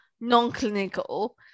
non-clinical